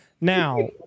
Now